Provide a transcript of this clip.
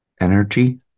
energy